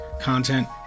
content